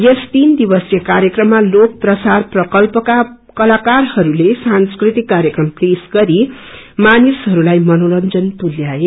यस तीन दिवसीय कार्यक्रममा लोक प्रसार प्रकल्पका कलाकारहरूले सांस्कृतिक कार्यक्रम पेश गरी मानिसहरूलाई मनोरंजन तुल्याए